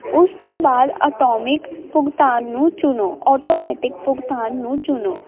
ਉਸ ਤੋਂ ਬਾਅਦ ਅਟੋਮਿਕ ਭੁਗਤਾਨ ਨੂੰ ਚੁਣੋ ਆਟੋਮੈਟਿਕ ਭੁਗਤਾਨ ਨੂੰ ਚੁਣੋ